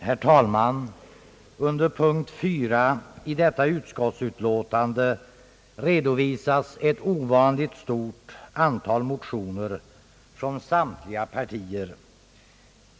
Herr talman! Under punkt 4 i detta utskottsutlåtande redovisas ett ovanligt stort antal motioner från samtliga partier.